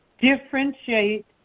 differentiate